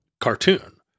cartoon